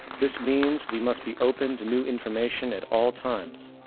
this means we must be open to new information at all times,